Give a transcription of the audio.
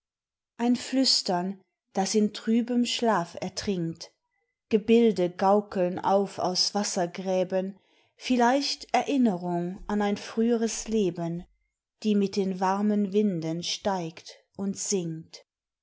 ein flüstern das in trübem schlaf ertrinkt gebilde gaukeln auf aus wassergräben vielleicht erinnerung an ein früheres leben die mit den warmen winden steigt und sinkt